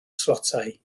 tlotai